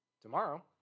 tomorrow